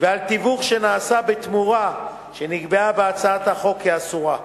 ותיווך שנעשה בתמורה שנקבעה בהצעת החוק כאסורה.